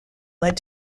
led